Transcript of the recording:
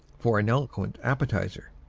for an eloquent appetizer.